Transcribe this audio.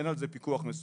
אין על זה פיקוח מסודר.